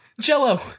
jello